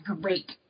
great